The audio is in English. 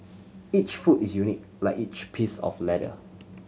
each foot is unique like each piece of leather